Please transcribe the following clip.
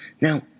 Now